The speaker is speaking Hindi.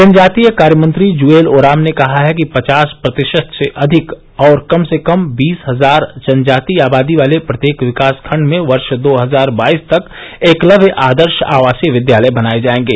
जनजातीय कार्य मंत्री जुएल ओराम ने कहा है कि पचास प्रतिशत से अधिक और कम से कम बीस हजार जनजातीय आबादी वाले प्रत्येक विकास खंड में वर्ष दो हजार बाईस तक एकलव्य आदर्श आवासीय विद्यालय बनाए जाएंगे